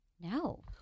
No